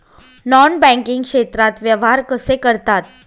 Non banking क्षेत्रात व्यवहार कसे करतात?